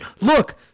look—